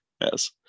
Yes